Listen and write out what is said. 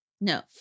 no